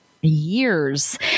years